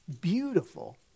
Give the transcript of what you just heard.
beautiful